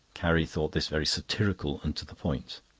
carrie thought this very satirical, and to the point.